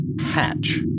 hatch